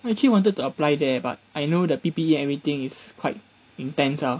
I actually wanted to apply there but I know the P~ P~ everything is quite intense ah